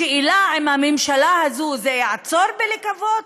השאלה אם בממשלה הזו זה יעצור אצלה בלקוות.